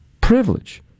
privilege